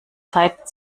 zeit